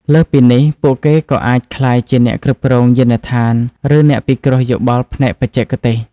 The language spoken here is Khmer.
លើសពីនេះ ពួកគេក៏អាចក្លាយជាអ្នកគ្រប់គ្រងយានដ្ឋានឬអ្នកពិគ្រោះយោបល់ផ្នែកបច្ចេកទេស។